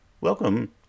Welcome